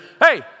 Hey